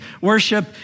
worship